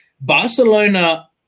Barcelona